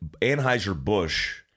Anheuser-Busch